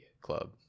club